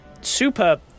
super